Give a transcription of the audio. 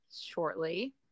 shortly